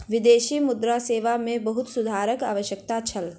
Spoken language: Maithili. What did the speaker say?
विदेशी मुद्रा सेवा मे बहुत सुधारक आवश्यकता छल